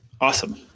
Awesome